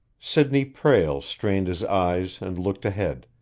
sidney prale strained his eyes and looked ahead,